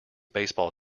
baseball